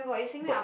but